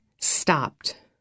stopped